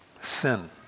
sin